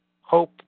Hope